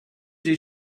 did